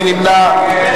מי נמנע?